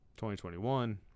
2021